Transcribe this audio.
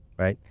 right?